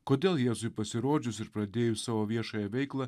kodėl jėzui pasirodžius ir pradėjus savo viešąją veiklą